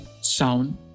sound